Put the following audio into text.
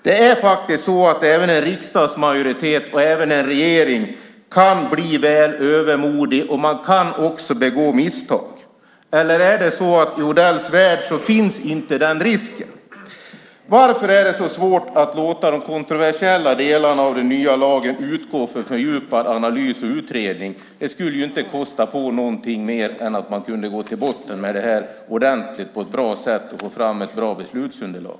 Det är faktiskt så att en riksdagsmajoritet och även en regering kan bli väl övermodig, och man kan också begå misstag. Eller är det så att den risken inte finns i Odells värld? Varför är det så svårt att låta de kontroversiella delarna av den nya lagen utgå för fördjupad analys och utredning? Det skulle inte kosta någonting mer än att man kunde gå till botten med det här ordentligt, på ett bra sätt och få fram ett bra beslutsunderlag.